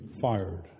fired